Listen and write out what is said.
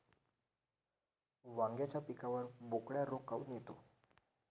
वांग्याच्या पिकावर बोकड्या रोग काऊन येतो?